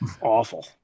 Awful